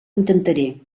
intentaré